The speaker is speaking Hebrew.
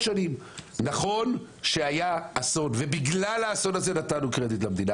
נכון שהיה אסון, ובגלל האסון נתנו קרדיט למדינה.